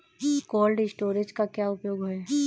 Cold storage का क्या उपयोग है?